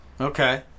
Okay